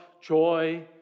joy